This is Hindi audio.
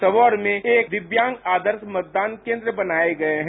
सबौर में एक दिव्यांग आदर्श मतदान केंद्र बनाए गए हैं